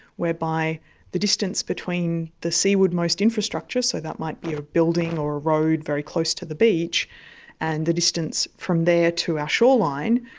whereby the distance between the seaward-most infrastructure, so that might be a building or a road very close to the beach and the distance from there to our shoreline,